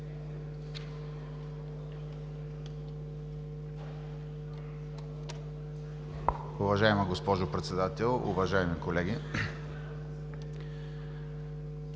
Уважаема госпожо Председател, уважаеми дами